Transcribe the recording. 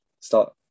start